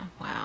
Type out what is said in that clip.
wow